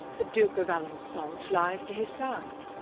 the duke of alanson flyeth to his side.